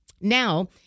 Now